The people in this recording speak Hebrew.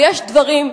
ויש דברים,